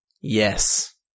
Yes